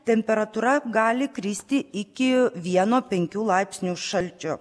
temperatūra gali kristi iki vieno penkių laipsnių šalčio